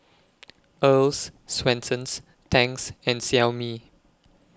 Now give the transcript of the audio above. Earl's Swensens Tangs and Xiaomi